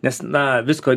nes na visko